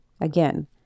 Again